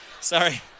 Sorry